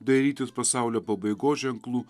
dairytis pasaulio pabaigos ženklų